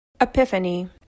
Epiphany